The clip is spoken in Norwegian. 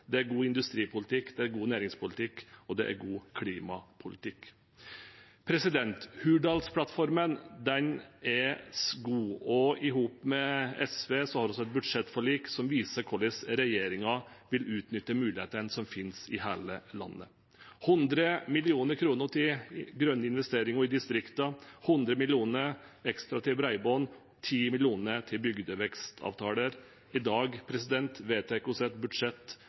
er god industripolitikk, det er god næringspolitikk, og det er god klimapolitikk. Hurdalsplattformen er god, og i hop med SV har vi et budsjettforlik som viser hvordan regjeringen vil utnytte mulighetene som finnes i hele landet. 100 mill. kr til grønne investeringer i distriktene, 100 mill. kr ekstra til bredbånd, 10 mill. kr til bygdevekstavtaler – i dag vedtar vi et budsjett